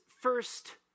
first